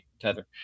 tether